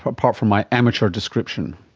apart from my amateur description.